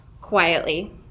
quietly